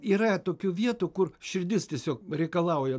yra tokių vietų kur širdis tiesiog reikalauja